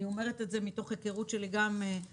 אני אומרת את זה מתוך היכרות שלי גם אותך,